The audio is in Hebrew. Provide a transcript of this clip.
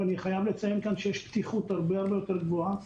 ואני חייב לציין כאן שיש פתיחות הרבה הרבה יותר גבוהה,